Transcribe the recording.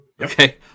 okay